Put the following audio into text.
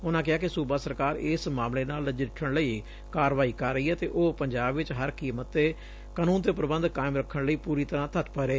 ਉਨੂਾ ਕਿਹਾ ਕਿ ਸੁਬਾ ਸਰਕਾਰ ਇਸ ਮਾਮਲੇ ਨਾਲ ਨਜਿੱਠਣ ਲਈ ਕਾਰਵਾਈ ਕਰ ਰਹੀ ਏ ਅਤੇ ਉਹ ਪੰਜਾਬ ਵਿਚ ਹਰ ਕੀਮਤ ਤੇ ਕਾਨੁੰਨ ਤੇ ਪ੍ਰਬੰਧ ਕਾਇਮ ਰੱਖਣ ਲਈ ਪੁਰੀ ਤਰ੍ਾਂ ਤੱਤਪਰ ਏ